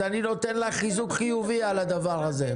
אני נותן לך חיזוק חיובי על הדבר הזה.